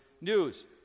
news